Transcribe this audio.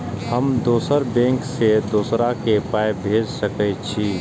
हम दोसर बैंक से दोसरा के पाय भेज सके छी?